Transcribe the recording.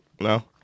No